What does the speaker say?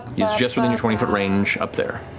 he's just within your twenty foot range up there.